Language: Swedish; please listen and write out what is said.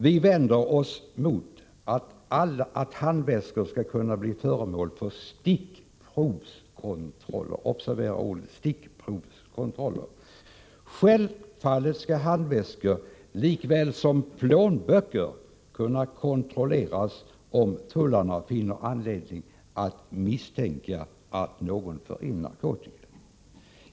Vi vänder oss emot att handväskor skall kunna bli föremål för stickprovskontroller — observera ordet! Självfallet skall handväskor, lika väl som plånböcker kunna kontrolleras, om tullarna finner anledning att misstänka att någon för in narkotika.